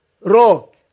rock